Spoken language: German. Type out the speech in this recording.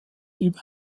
über